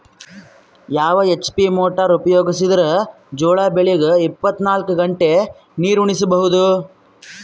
ಯಾವ HP motor ಉಪಯೋಗಿಸಿದರ ಜೋಳ ಬೆಳಿಗ ಇಪ್ಪತ ನಾಲ್ಕು ಗಂಟೆ ನೀರಿ ಉಣಿಸ ಬಹುದು?